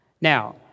Now